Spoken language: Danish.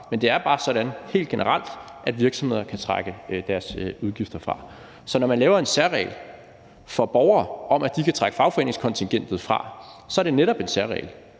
Men det er bare sådan helt generelt, at virksomheder kan trække deres udgifter fra. Så når man laver en særregel for borgere om, at de kan trække fagforeningskontingentet fra, er det netop en særregel,